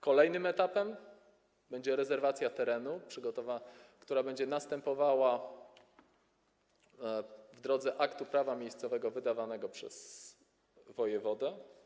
Kolejnym etapem będzie rezerwacja terenu, która będzie następowała w drodze aktu prawa miejscowego wydanego przez wojewodę.